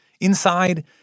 Inside